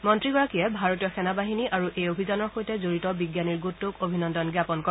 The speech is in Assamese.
মন্ত্ৰীগৰাকীয়ে ভাৰতীয় সেনাবাহিনী আৰু এই অভিযানৰ সৈতে জড়িত বিজ্ঞানীৰ গোটটোক অভিনন্দন জাপন কৰে